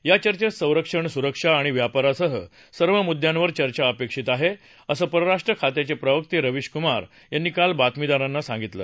या चर्चेत संरक्षण सुरक्षा आणि व्यापारासह सर्व मुद्यांवर चर्चा अपेक्षित आहे असे परराष्ट्र खात्याचे प्रवक्ते रविश कुमार यांनी काल बातमीदारांना सांगितलं